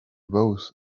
both